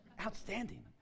Outstanding